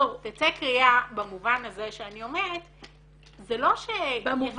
תצא קריאה במובן הזה שאני אומרת שזה לא יחידי